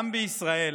גם בישראל